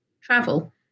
travel